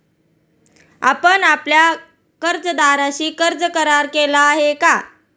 आपण आपल्या कर्जदाराशी कर्ज करार केला आहे का?